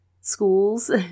schools